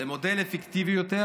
למודל אפקטיבי יותר,